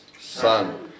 Son